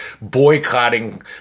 boycotting